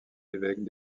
évêque